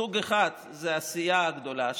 סוג אחד זה הסיעה הגדולה,